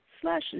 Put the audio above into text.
slash